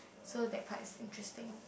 so that part is interesting